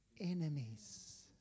enemies